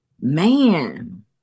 man